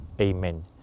Amen